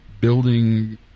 building